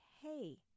hey